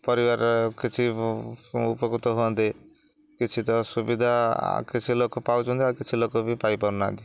ପରିବାରରେ କିଛି ଉପକୃତ ହୁଅନ୍ତେ କିଛି ତ ସୁବିଧା କିଛି ଲୋକ ପାଉଛନ୍ତି ଆଉ କିଛି ଲୋକ ବି ପାଇପାରୁନାହାନ୍ତି